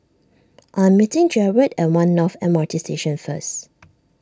I am meeting Jared at one North M R T Station first